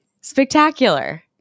spectacular